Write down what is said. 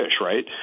right